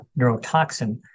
neurotoxin